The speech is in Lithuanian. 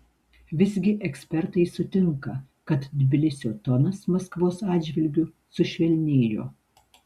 visgi ekspertai sutinka kad tbilisio tonas maskvos atžvilgiu sušvelnėjo